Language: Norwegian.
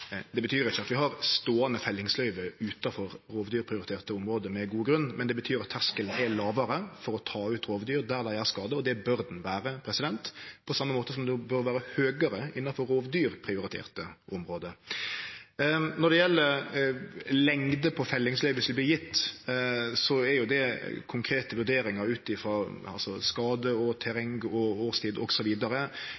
Det betyr ikkje at vi har ståande fellingsløyve utanfor rovdyrprioriterte område med god grunn, men det betyr at terskelen er lågare for å ta ut rovdyr der dei gjer skade, og det bør han vere, på same måten som han bør vere høgare innanfor rovdyrprioriterte område. Når det gjeld lengde på fellingsløyve som vert gjeve, er det konkrete vurderingar ut frå skade,